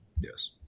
Yes